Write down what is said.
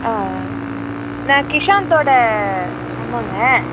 நான் கிஷாந்த்தோட அம்மாங்க